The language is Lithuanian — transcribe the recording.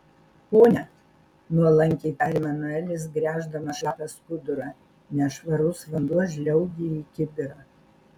pone nuolankiai tarė manuelis gręždamas šlapią skudurą nešvarus vanduo žliaugė į kibirą